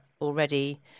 already